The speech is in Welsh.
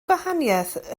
gwahaniaeth